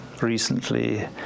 recently